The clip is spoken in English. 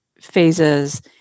phases